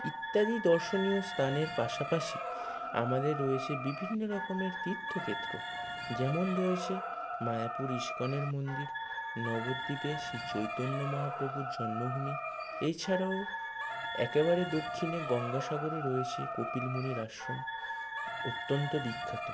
ইত্যাদি দর্শনীয় স্তানের পাশাপাশি আমাদের রয়েছে বিভিন্ন রকমের তীর্থক্ষেত্র যেমন রয়েছে মায়াপুর ইসকনের মন্দির নবদ্বীপে শ্রীচৈতন্য মহাপ্রভুর জন্মভূমি এছাড়াও একেবারে দক্ষিণে গঙ্গাসাগরে রয়েছে কপিল মুনির আশ্রম অত্যন্ত বিখ্যাত